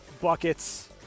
buckets